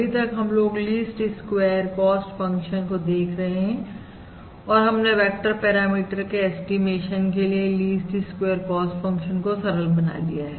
अभी तक हम लोग लीस्ट स्क्वेयर्स कॉस्ट फंक्शन को देख रहे हैं और हमने वेक्टर पैरामीटर के ऐस्टीमेशन के लिए लीस्ट स्क्वेयर कॉस्ट फंक्शन को सरल बना लिया है